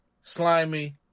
slimy